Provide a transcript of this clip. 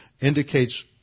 indicates